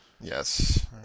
yes